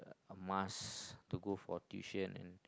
a must to go for tuition and